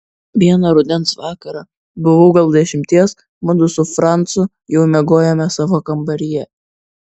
vieną rudens vakarą buvau gal dešimties mudu su francu jau miegojome savo kambaryje